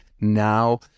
now